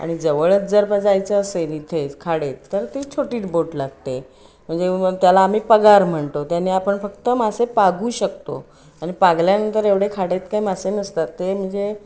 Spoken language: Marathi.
आणि जवळच जर का जायचं असेल इथेच खाडीत तर ती छोटीच बोट लागते म्हणजे त्याला आम्ही पगार म्हणतो त्याने आपण फक्त मासे पागू शकतो आणि पागल्यानंतर एवढे खाडीत काय मासे नसतात ते म्हणजे